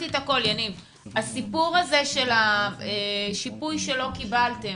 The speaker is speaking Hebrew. הסיפור הזה של השיפוי שלא קיבלתם,